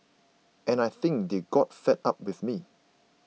and I think they got fed up with me